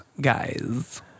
guys